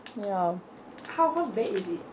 ya